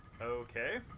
Okay